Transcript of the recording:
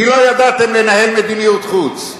כי לא ידעתם לנהל מדיניות חוץ.